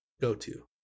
go-to